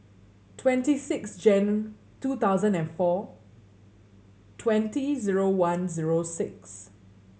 twenty six Jan two thousand and four twenty zero one zero six